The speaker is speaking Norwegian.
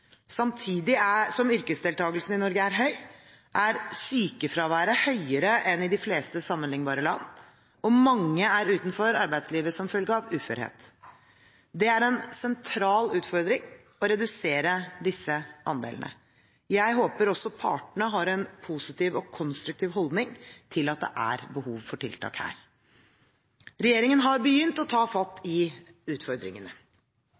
Samtidig som yrkesdeltakelsen i Norge er høy, er sykefraværet høyere enn i de fleste sammenliknbare land, og mange er utenfor arbeidslivet som følge av uførhet. Det er en sentral utfordring å redusere disse andelene. Jeg håper også partene har en positiv og konstruktiv holdning til at det er behov for tiltak her. Regjeringen har begynt å ta fatt i utfordringene.